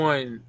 One